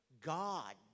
God